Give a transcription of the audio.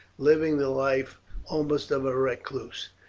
living the life almost of a recluse.